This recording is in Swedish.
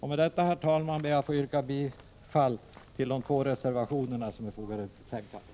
Med detta, herr talman, ber jag att få yrka bifall till de två reservationer som är fogade till betänkandet.